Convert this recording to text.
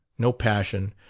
no passion.